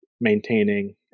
maintaining